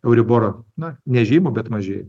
euribor na nežymų bet mažė